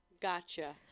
Gotcha